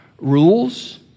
Rules